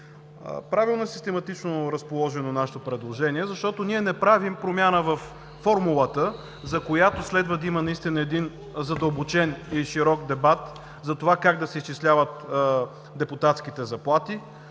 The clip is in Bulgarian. Правилно и систематично е разположено нашето предложение, защото ние не правим промяна във формулата, за която следва да има наистина задълбочен и широк дебат за това как да се изчисляват депутатските заплати,